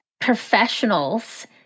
professionals